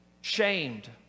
Shamed